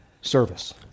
service